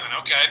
okay